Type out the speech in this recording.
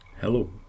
Hello